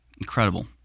Incredible